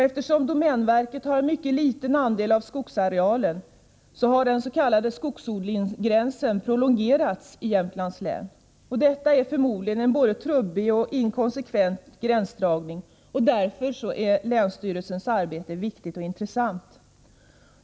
Eftersom domänverket har en mycket liten andel av skogsarealen har den s.k. skogsodlingsgränsen prolongerats i Jämtlands län. Det är förmodligen en både trubbig och inkonsekvent gränsdragning, och därför är länsstyrelsens arbete viktigt och intressant.